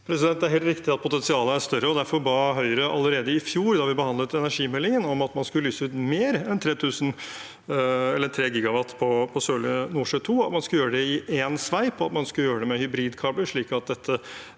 Det er helt riktig at potensialet er større. Derfor ba Høyre allerede i fjor, da vi behandlet energimeldingen, om at en skulle lyse ut mer enn 3 GW på Sørlige Nordsjø II, at en skulle gjøre det i ett sveip, og at en skulle gjøre det med hybridkabel, slik at det